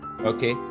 okay